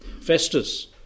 Festus